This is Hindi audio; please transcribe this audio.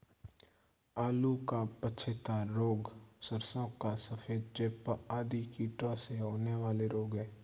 आलू का पछेता रोग, सरसों का सफेद चेपा आदि कीटों से होने वाले रोग हैं